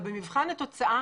אבל במבחן התוצאה,